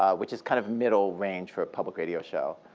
ah which is kind of middle range for a public radio show,